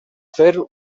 fer